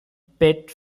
pet